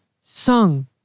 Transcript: sung